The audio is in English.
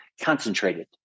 concentrated